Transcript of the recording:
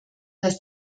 dass